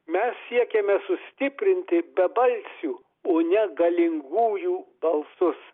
mes siekiame sustiprinti bebalsių o ne galingųjų balsus